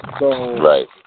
Right